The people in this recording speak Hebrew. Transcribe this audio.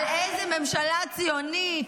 על איזו ממשלה ציונית,